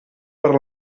per